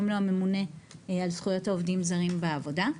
הממונה על זכויות עובדים זרים בעבודה,